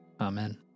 Amen